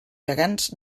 gegants